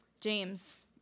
James